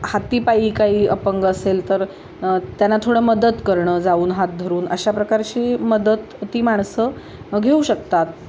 हाती पायी काही अपंग असेल तर त्यांना थोडं मदत करणं जाऊन हात धरून अशा प्रकारची मदत ती माणसं घेऊ शकतात